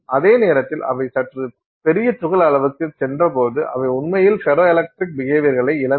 அதே நேரத்தில் அவை சற்று பெரிய துகள் அளவுகளுக்குச் சென்றபோது அவை உண்மையில் ஃபெரோ எலக்ட்ரிக் பிஹேவியர்களைக் இழந்தன